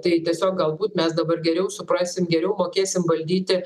tai tiesiog galbūt mes dabar geriau suprasim geriau mokėsim valdyti